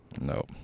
No